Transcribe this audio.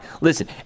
Listen